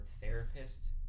therapist